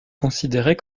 considérée